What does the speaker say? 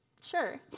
Sure